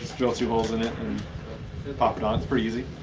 drill two holes in it and pop it on. it's pretty easy.